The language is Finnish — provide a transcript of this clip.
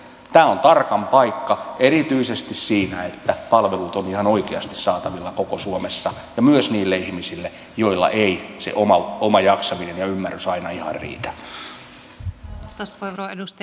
tämä on tarkka paikka erityisesti siinä että palvelut ovat ihan oikeasti saatavilla koko suomessa ja myös niille ihmisille joilla ei se oma jaksaminen ja ymmärrys aina ihan riitä